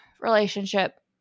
relationship